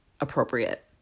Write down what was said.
appropriate